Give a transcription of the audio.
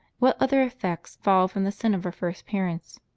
what other effects followed from the sin of our first parents?